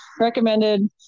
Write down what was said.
recommended